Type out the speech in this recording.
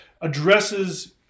addresses